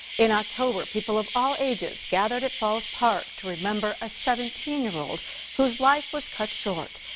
in october people of all ages gathered at falls park to remember a seventeen year old whose life was cut short.